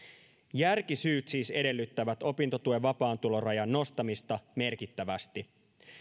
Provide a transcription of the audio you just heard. järkisyyt siis edellyttävät opintotuen vapaan tulorajan nostamista merkittävästi